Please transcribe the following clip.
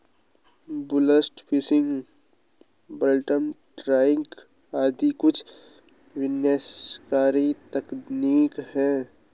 blast fishing, bottom trawling आदि कुछ विनाशकारी तकनीक है